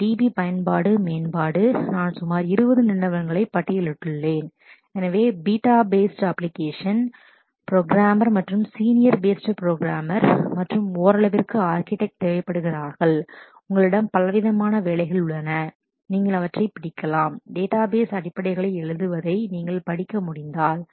DB பயன்பாட்டு மேம்பாடு நான் சுமார் 20 நிறுவனங்களை பட்டியலிட்டுள்ளேன்எனவே beta based based application programmer programmer மற்றும் சீனியர் பேஸ்டு புரோகிராமர் programmer மற்றும் ஓரளவிற்கு ஆர்க்கிடெக்ட் தேவைப்படுகிறார்கள் உங்களிடம் பலவிதமான வேலைகள் உள்ளன நீங்கள் அவற்றை பிடிக்கலாம் டேட்டாபேஸ் database அடிப்படைகளை எழுதுவதை நீங்கள் படிக்க முடிந்தால்